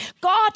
God